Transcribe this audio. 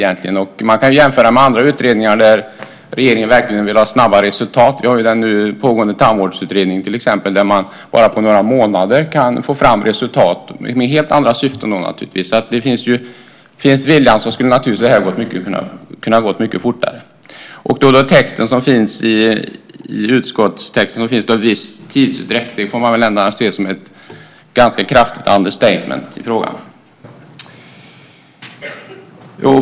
Det går att jämföra med andra utredningar där regeringen verkligen vill ha snabba resultat. Det finns till exempel den pågående tandvårdsutredningen där man på bara några månader kan få fram resultat - naturligtvis med helt andra syften. Hade viljan funnits hade det naturligtvis kunnat gå mycket fortare. I utskottstexten nämns en viss tidsutdräkt. Det får väl ändå ses som ett kraftigt understatement i frågan.